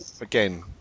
again